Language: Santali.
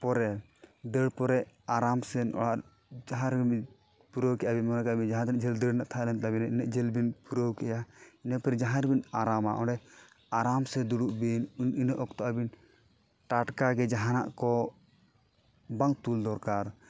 ᱯᱚᱨᱮ ᱫᱟᱹᱲ ᱯᱚᱨᱮ ᱟᱨᱟᱢᱥᱮ ᱚᱲᱟᱜ ᱡᱟᱦᱟᱸ ᱨᱮ ᱯᱩᱨᱟᱹᱣ ᱠᱮᱜ ᱟᱹᱵᱤᱱ ᱢᱚᱱᱮ ᱠᱟᱜᱵᱤᱱ ᱡᱟᱦᱟᱸ ᱛᱤᱱᱟᱹᱜ ᱡᱷᱟᱹᱞ ᱫᱟᱹᱲ ᱨᱮᱱᱟᱜ ᱛᱟᱦᱮᱸ ᱠᱟᱱ ᱛᱟᱹᱵᱤᱱᱟ ᱤᱱᱟᱹᱜ ᱡᱷᱟᱹᱞᱵᱤᱱ ᱯᱩᱨᱟᱹᱣ ᱠᱮᱜᱼᱟ ᱤᱱᱟᱹᱯᱚᱨ ᱡᱟᱦᱟᱸ ᱨᱤᱵᱤᱱ ᱟᱨᱟᱢᱟ ᱟᱨᱟᱢᱥᱮ ᱫᱩᱲᱩᱵ ᱵᱤᱱ ᱤᱱᱟᱹ ᱚᱠᱛᱚ ᱴᱟᱴᱠᱟᱜᱮ ᱡᱟᱦᱟᱱᱟᱜ ᱠᱚ ᱵᱟᱝ ᱛᱩᱞ ᱫᱚᱨᱠᱟᱨ